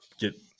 get